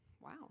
Wow